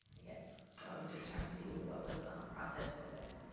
yeah so but just trying to see ah what was the process for that.